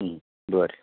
बरें